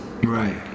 Right